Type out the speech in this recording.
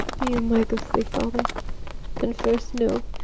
be you my ghostly father and first know,